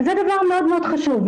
וזה דבר מאוד חשוב.